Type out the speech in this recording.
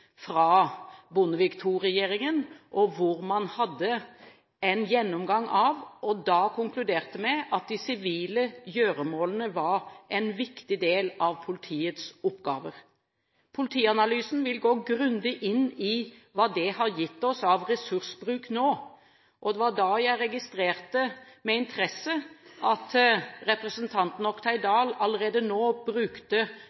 fra Bondevik II-regjeringen, hvor man hadde en gjennomgang av dette og da konkluderte med at de sivile gjøremålene var en viktig del av politiets oppgaver. Politianalysen vil gå grundig inn i hva det har gitt oss av ressursbruk nå. Det var da jeg registrerte med interesse at representanten